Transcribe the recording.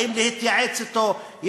באים להתייעץ אתו,